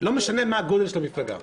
לא משנה מה הגודל של המפלגה?